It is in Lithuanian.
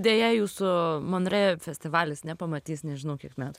deja jūsų monre festivalis nepamatys nežinau kiek metų